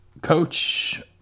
coach